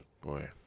Boy